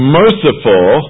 merciful